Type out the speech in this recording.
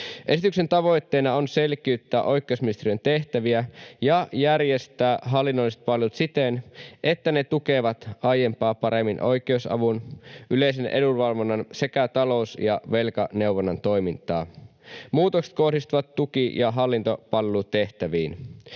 Esityksen tavoitteena on selkiyttää oikeusministeriön tehtäviä ja järjestää hallinnolliset palvelut siten, että ne tukevat aiempaa paremmin oikeusavun, yleisen edunvalvonnan sekä talous- ja velkaneuvonnan toimintaa. Muutokset kohdistuvat tuki- ja hallintopalvelutehtäviin.